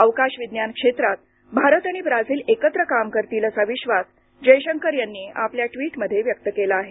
अवकाश विज्ञान क्षेत्रात भारत आणि ब्राझील एकत्र काम करतील असा विश्वास जयशंकर यांनी आपल्या ट्वीटमध्ये व्यक्त केला आहे